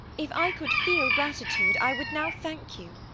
if i could feel gratitude i would now thank you.